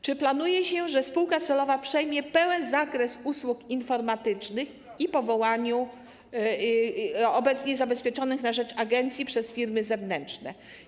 Czy planuje się, że spółka celowa przejmie pełen zakres usług informatycznych obecnie zabezpieczanych, świadczonych na rzecz agencji przez firmy zewnętrzne?